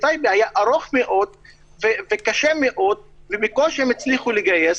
בטייבה היה ארוך מאוד וקשה מאוד ובקושי הצליחו לגייס.